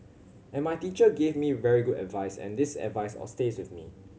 and my teacher gave me very good advice and this advice all stays with me